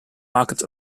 markets